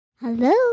Hello